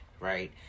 right